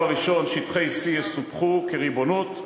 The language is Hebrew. שבשלב הראשון שטחי C יסופחו כריבונות,